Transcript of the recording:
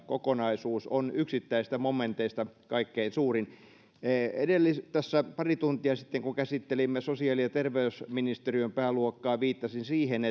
kokonaisuus on yksittäisistä momenteista kaikkein suurin tässä pari tuntia sitten kun käsittelimme sosiaali ja terveysministeriön pääluokkaa viittasin siihen